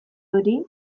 hori